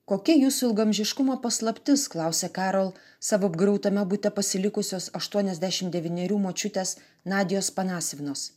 kokia jūsų ilgaamžiškumo paslaptis klausia karo savo apgriautame bute pasilikusios aštuoniasdešim devynerių močiutės nadijos panasvinos